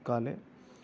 काले